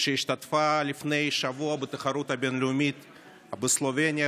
שהשתתפה לפני שבוע בתחרות הבין-לאומית בסלובניה,